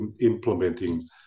implementing